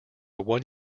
one